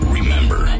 Remember